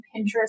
Pinterest